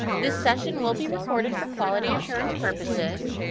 this session will be recorded for quality assurance purposes.